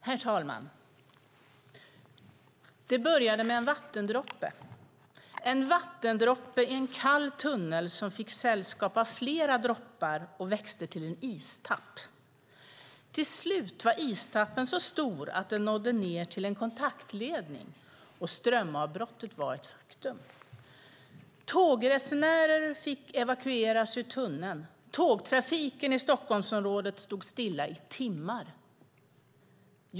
Herr talman! Det började med en vattendroppe - en vattendroppe i en kall tunnel - som fick sällskap av flera droppar och växte till en istapp. Till slut var istappen så stor att den nådde ned till en kontaktledning, och strömavbrottet var ett faktum. Tågresenärer fick evakueras ur tunneln. Tågtrafiken i Stockholmsområdet stod stilla i timmar.